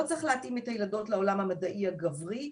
לא צריך להתאים את הילדות לעולם המדעי הגברי,